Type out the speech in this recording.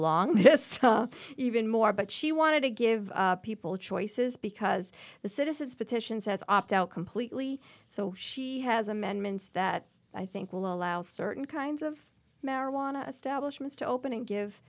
this even more but she wanted to give people choices because the citizen's petition says opt out completely so she has amendments that i think will allow certain kinds of marijuana establishments to open and give